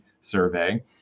survey